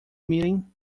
meeting